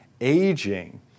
aging